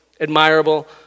admirable